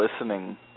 listening